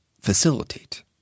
facilitate